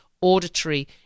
auditory